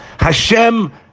Hashem